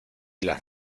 las